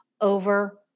over